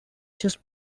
just